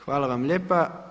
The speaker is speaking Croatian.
Hvala vam lijepa.